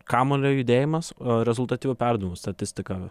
kamuolio judėjimas a rezultatyvių perdavimų statistika